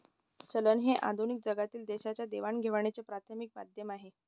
चलन हे आधुनिक जगातील देशांच्या देवाणघेवाणीचे प्राथमिक माध्यम आहे